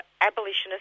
abolitionist